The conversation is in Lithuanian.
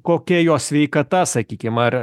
kokia jo sveikata sakykim ar